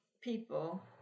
people